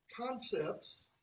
concepts